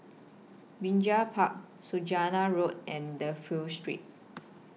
Binjai Park Saujana Road and Dafne Street